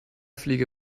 fliege